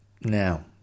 now